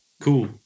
cool